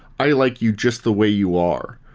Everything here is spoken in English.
i like you just the way you are,